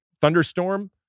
thunderstorm